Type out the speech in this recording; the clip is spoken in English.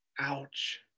ouch